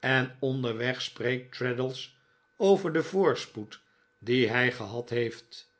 en onderweg spreekt traddles over den voorspoed dien hij gehad heeft